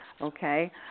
okay